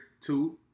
two